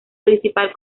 principal